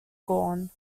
gone